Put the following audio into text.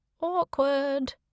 Awkward